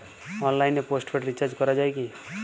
অনলাইনে postpaid recharge করা যায় কি?